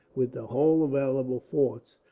with the whole available force,